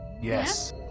Yes